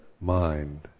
mind